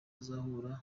azahura